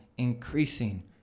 Increasing